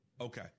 Okay